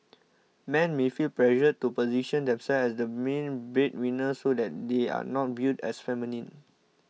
men may feel pressured to position themselves as the main breadwinner so that they are not viewed as feminine